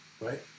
right